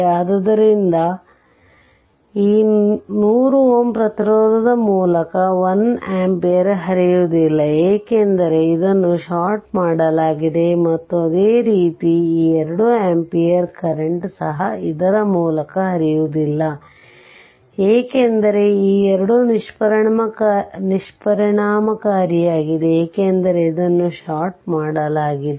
ಆದ್ದರಿಂದ ಈ 100 Ω ಪ್ರತಿರೋಧದ ಮೂಲಕ 1 ಆಂಪಿಯರ್ ಹರಿಯುವುದಿಲ್ಲ ಏಕೆಂದರೆ ಇದನ್ನು ಷಾರ್ಟ್ ಮಾಡಲಾಗಿದೆ ಮತ್ತು ಅದೇ ರೀತಿ ಈ 2 ಆಂಪಿಯರ್ ಕರೆಂಟ್ ಸಹ ಇದರ ಮೂಲಕ ಹರಿಯುವುದಿಲ್ಲ ಏಕೆಂದರೆ ಈ ಎರಡು ನಿಷ್ಪರಿಣಾಮಕಾರಿಯಾಗಿದೆ ಏಕೆಂದರೆ ಇದನ್ನು ಷಾರ್ಟ್ ಮಾಡಲಾಗಿದೆ